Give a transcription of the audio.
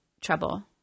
trouble